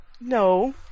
No